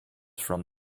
from